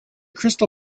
crystal